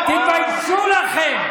תתביישו לכם.